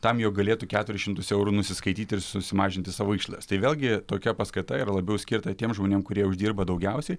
tam jog galėtų keturis šimtus eurų nusiskaityti ir susimažinti savo išlaidas tai vėlgi tokia paskata yra labiau skirta tiem žmonėm kurie uždirba daugiausiai